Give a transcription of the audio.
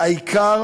העיקר